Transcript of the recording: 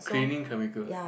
cleaning chemicals